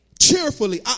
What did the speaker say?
Cheerfully